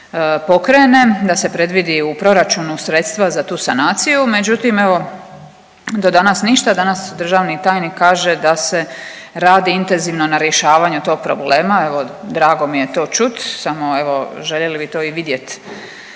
da se predvidi u proračunu sredstva za tu sanaciju, međutim, evo, do danas ništa, danas državni tajnik kaže da se radi intenzivno na rješavanju tog problema, evo, drago mi je to čuti, samo evo, željeli bi to i vidjeti